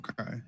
Okay